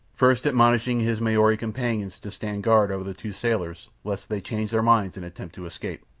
first admonishing his maori companions to stand guard over the two sailors lest they change their minds and attempt to escape.